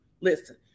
Listen